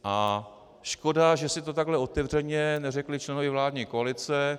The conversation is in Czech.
A škoda, že si to takhle otevřeně neřekli členové vládní koalice.